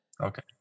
Okay